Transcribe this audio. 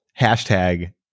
Hashtag